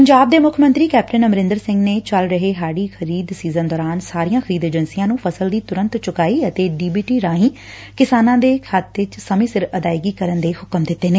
ਪੰਜਾਬ ਦੇ ਮੁੱਖ ਮੰਤਰੀ ਕੈਪਟਨ ਅਮਰਿੰਦਰ ਸਿੰਘ ਨੇ ਚੱਲ ਰਹੇ ਹਾੜੀ ਖਰੀਦ ਸੀਜ਼ਨ ਦੌਰਾਨ ਸਾਰੀਆਂ ਖਰੀਦ ਏਜੰਸੀਆਂ ਨੂੰ ਫਸਲ ਦੀ ਤੁਰੰਤ ਚੁਕਾਈ ਅਤੇ ਡੀ ਬੀ ਟੀ ਰਾਹੀ ਕਿਸਾਨਾਂ ਦੇ ਖਾਤੇ ਦੇ ਸਮੇ ਸਿਰ ਅਦਾਇਗੀ ਕਰਨ ਦੇ ਹੁਕਮ ਦਿੱਤੇ ਨੇ